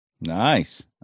nice